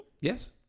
Yes